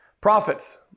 Prophets